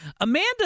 Amanda